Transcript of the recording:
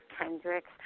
Kendricks